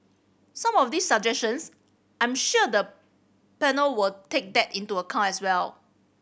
some of these suggestions I'm sure the panel will take that into account as well